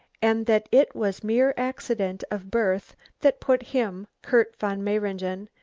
and that it was mere accident of birth that put him, kurt von mayringen,